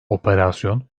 operasyon